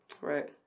Right